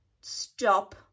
stop